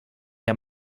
der